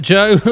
Joe